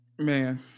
Man